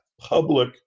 public